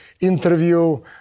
interview